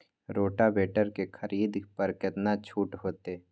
Rotavator के खरीद पर केतना छूट होते?